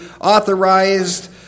authorized